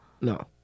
No